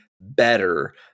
better